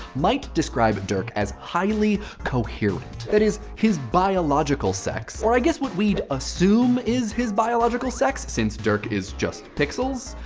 might describe dirk as highly coherent, that is his biological sex, or i guess what we'd assume is his biological sex, since dirk is just pixels.